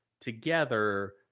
together